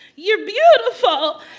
you're beautiful.